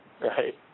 right